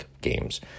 games